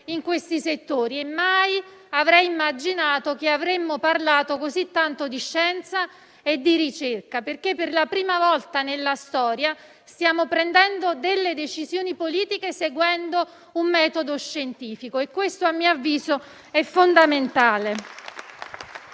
in questi settori. Mai avrei immaginato che avremmo parlato così tanto di scienza e di ricerca, perché, per la prima volta nella storia, stiamo prendendo decisioni politiche seguendo un metodo scientifico e questo - a mio avviso - è fondamentale.